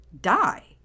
die